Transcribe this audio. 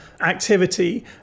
activity